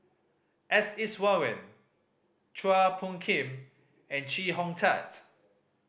S Iswaran Chua Phung Kim and Chee Hong Tat